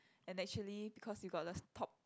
and actually because you got the top